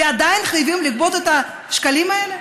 ועדיין חייבים לגבות את השקלים האלה?